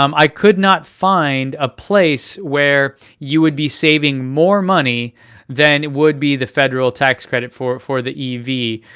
um i could not find a place where you would be saving more money than would be the federal tax credit for for the ev.